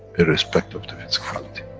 irrespect of the physicality.